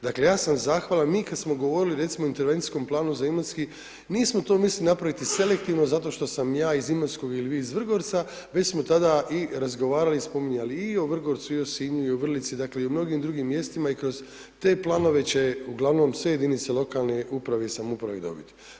Dakle, ja sam zahvalan, mi kada smo govorili recimo o intervencijskom planu za Imotski, nismo to mislili napraviti selektivno, zato što sam ja iz Imotskog ili vi iz Vrgorca, već smo tada razgovarali i spominjali i o Vrgorcu, i o Sinju i o Vrlici, dakle, o mnogim drugim mjestima i kroz te planove će ugl. sve jedinice lokalne uprave i samouprave dobiti.